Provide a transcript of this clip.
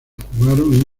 jugaron